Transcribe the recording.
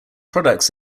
products